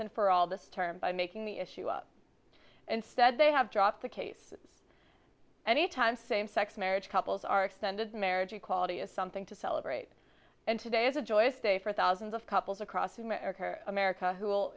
and for all this term by making the issue up instead they have dropped the case any time same sex marriage couples are extended marriage equality is something to celebrate and today is a joyous day for thousands of couples across america america who will